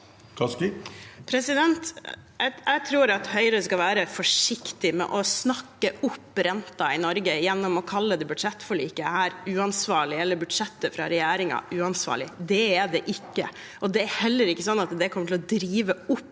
Kaski (SV) Jeg tror at Høyre skal være forsiktig med å snakke opp renten i Norge gjennom å kalle dette budsjettforliket uansvarlig eller kalle budsjettet fra regjeringen uansvarlig. Det er det ikke. Det er heller ikke sånn at det kommer til å drive opp